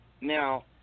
Now